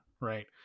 right